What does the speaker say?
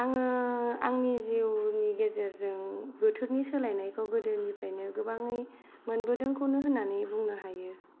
आङो आंनि जिउनि गेजेरजों बोथोरनि सोलायनायखौ गोदोनिफ्रायनो गोबाङै मोनबोदोंखौनो होननानै बुंनो हायो